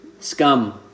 Scum